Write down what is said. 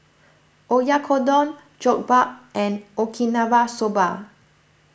Oyakodon Jokbal and Okinawa Soba